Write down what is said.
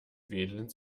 wählen